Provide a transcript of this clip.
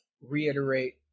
reiterate